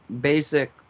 basic